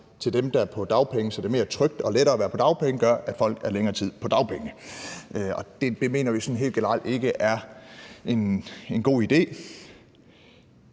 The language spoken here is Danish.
til dem, der er på dagpenge, så det er mere trygt og lettere at være på dagpenge, gør, at folk er længere tid på dagpenge. Det mener vi sådan helt generelt ikke er en god idé.